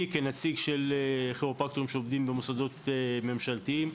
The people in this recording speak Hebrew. אני כנציג של כירופרקטורים שעובדים במוסדות ממשלתיים,